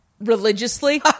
religiously